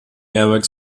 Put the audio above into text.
airbags